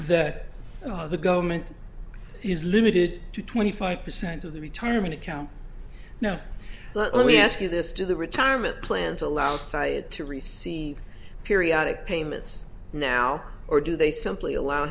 that the government is limited to twenty five percent of the retirement account now but let me ask you this do the retirement plans allow sayyid to receive periodic payments now or do they simply allow